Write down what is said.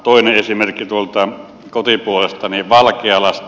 toinen esimerkki tuolta kotipuolestani valkealasta